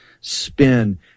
spin